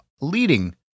leading